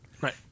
Right